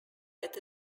that